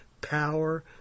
power